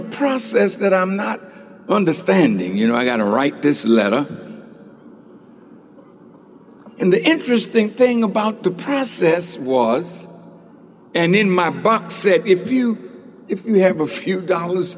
a process that i'm not understanding you know i got to write this letter and the interesting thing about the process was and in my box if you if you have a few dollars